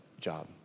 job